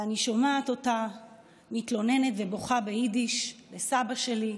ואני שומעת אותה מתלוננת ובוכה ביידיש לסבא שלי,